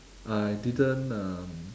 I didn't um